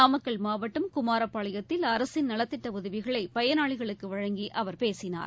நாமக்கல் மாவட்டம் குமாரப்பாளையத்தில் அரசின் நலத்திட்ட உதவிகளை பயனாளிகளுக்கு வழங்கி அவர் பேசினார்